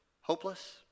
Hopeless